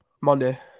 Monday